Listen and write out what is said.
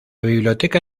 biblioteca